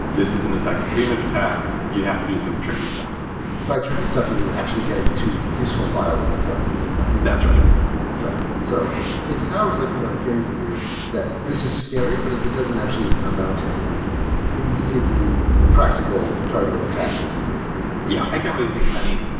this isn't a second preimage attack. you'd have to do some tricky stuff by tricky stuff, you mean actually getting two useful files that collide to the same value that's right right. so it sounds like from what i'm hearing from you that this is scary, but it it doesn't actually amount to any immediately practical targeted attacks that you can really do. yeah. i can't really think of any.